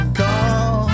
call